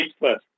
first